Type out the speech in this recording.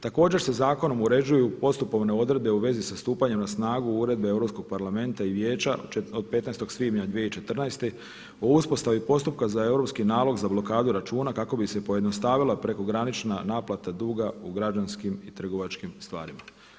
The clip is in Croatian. Također se zakonom uređuju postupovne odredbe u vezi sa stupanjem na snagu Uredbe Europskog parlamenta i Vijeća od 15. svibnja 2014. o uspostavi postupka za europski nalog za blokadu računa kako bi se pojednostavila prekogranična naplata duga u građanskim i trgovačkim stvarima.